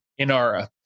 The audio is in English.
Inara